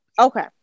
Okay